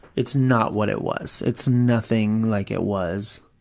it's not what it was. it's nothing like it was.